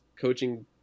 coaching